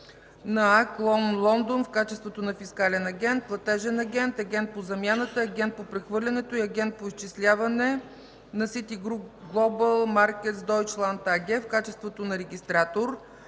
клон Лондон, в качеството на Фискален агент, Платежен агент, Агент по замяната, Агент по прехвърлянето и Агент за изчисляване и Ситигруп Глобъл Маркетс Дойчланд АГ в качеството на Регистратор,